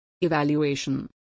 Evaluation